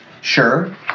Sure